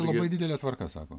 labai didelė tvarka sako